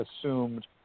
assumed